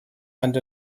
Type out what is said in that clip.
and